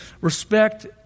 respect